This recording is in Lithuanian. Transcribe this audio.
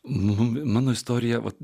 nu mano istorija vat